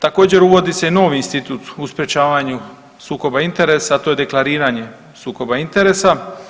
Također, uvodi se i novi institut u sprječavanju sukoba interesa, to je deklariranje sukoba interesa.